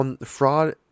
fraud